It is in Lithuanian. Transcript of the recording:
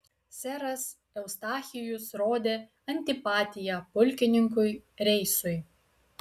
seras eustachijus rodė antipatiją pulkininkui reisui